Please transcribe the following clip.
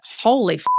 holy